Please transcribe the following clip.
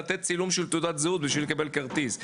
לתת צילום של תעודת זהות בשביל לקבל כרטיס,